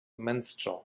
minstrel